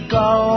go